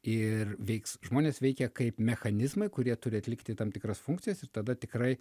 ir veiks žmonės veikia kaip mechanizmai kurie turi atlikti tam tikras funkcijas ir tada tikrai